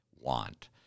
want